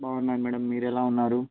బాగున్నాను మేడమ్ మీరు ఎలా ఉన్నారు